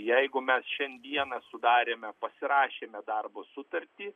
jeigu mes šiandieną sudarėme pasirašėme darbo sutartį